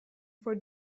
for